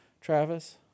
Travis